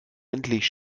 endlich